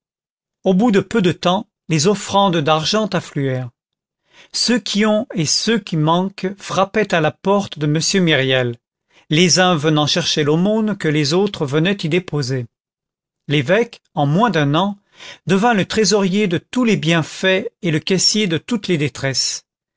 au bout de peu de temps les offrandes d'argent affluèrent ceux qui ont et ceux qui manquent frappaient à la porte de m myriel les uns venant chercher l'aumône que les autres venaient y déposer l'évêque en moins d'un an devint le trésorier de tous les bienfaits et le caissier de toutes les détresses